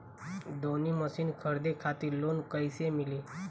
दऊनी मशीन खरीदे खातिर लोन कइसे मिली?